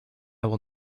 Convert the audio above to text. will